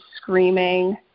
screaming